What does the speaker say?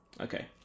Okay